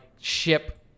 ship